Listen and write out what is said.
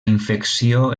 infecció